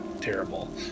terrible